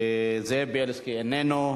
זאב בילסקי, איננו,